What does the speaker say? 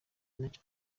nacyo